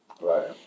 Right